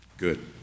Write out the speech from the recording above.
Good